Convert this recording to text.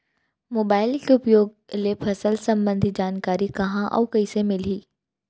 Mobile के उपयोग ले फसल सम्बन्धी जानकारी कहाँ अऊ कइसे मिलही?